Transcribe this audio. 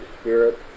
Spirit